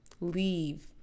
leave